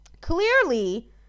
Clearly